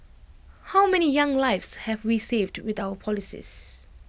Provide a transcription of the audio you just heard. how many young lives have we saved with our policies